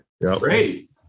Great